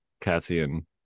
Cassian